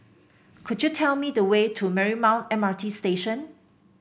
could you tell me the way to Marymount M R T Station